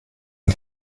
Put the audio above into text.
ein